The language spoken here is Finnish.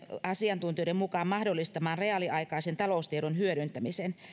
asiantuntijoiden mukaan mahdollistamaan reaaliaikaisen taloustiedon hyödyntämisen